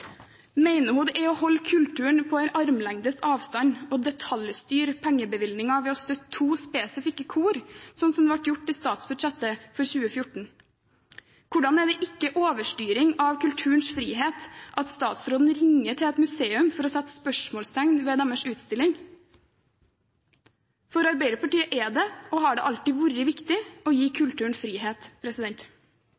Mener hun det er å holde kulturen på en armlengdes avstand å detaljstyre pengebevilgninger ved å støtte to spesifikke kor, sånn som det ble gjort i statsbudsjettet for 2014? Hvordan er det ikke overstyring av kulturens frihet at statsråden ringer til et museum for å sette spørsmålstegn ved deres utstilling? For Arbeiderpartiet er det, og har det alltid vært, viktig å gi